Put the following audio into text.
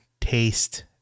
taste